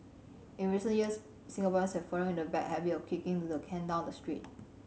in recent years Singaporeans have fallen into the bad habit of kicking the can down the street